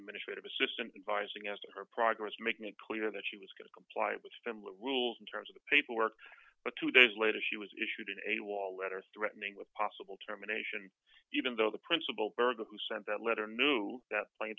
administrative assistant advised against her progress making it clear that she was going to comply with the rules in terms of the paperwork but two days later she was issued in a wall letter threatening with possible terminations even though the principal berger who sent that letter knew that pla